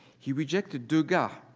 he rejected degas